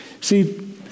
See